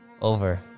over